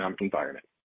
environment